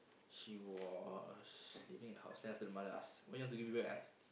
she was living in the house then after the mother ask when you wanna give me back